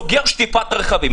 וסוגר שטיפת רכבים?